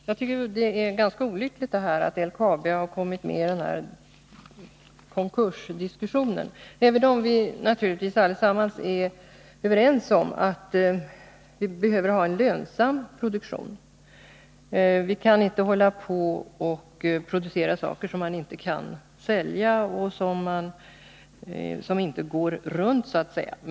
Herr talman! Det är ganska olyckligt att LKAB har kommit med i den nu aktuella konkursdiskussionen. Vi är naturligtvis alla överens om att vi behöver ha en lönsam produktion. Vi kan inte hålla på att producera saker som inte går att sälja eller ha en produktion som inte går runt.